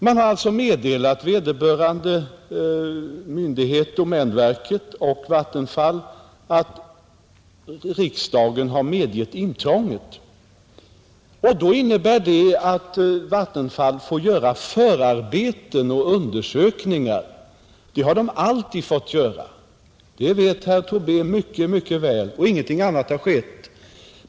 Man har meddelat vederbörande myndigheter — domänverket och Vattenfall — att riksdagen har medgivit intrånget, och då innebär det att Vattenfall får göra förarbeten och undersökningar. Det har Vattenfall alltid fått göra — det vet herr Tobé mycket väl — och ingenting annat har skett.